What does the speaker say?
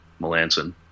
Melanson